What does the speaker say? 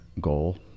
goal